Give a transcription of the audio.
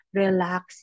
relax